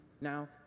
Now